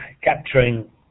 capturing